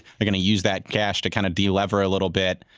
they're going to use that cash to kind of de-lever a little bit.